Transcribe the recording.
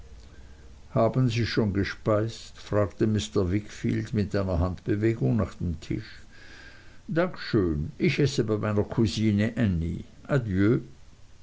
haben sie schon gespeist fragte mr wickfield mit einer handbewegung nach dem tisch dank schön ich esse bei meiner kusine ännie